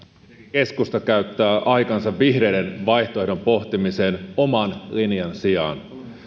keskusta käyttää aikansa vihreiden vaihtoehdon pohtimiseen oman linjansa sijaan